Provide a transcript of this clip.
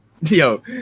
Yo